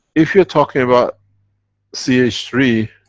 if you're talking about c h three,